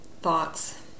thoughts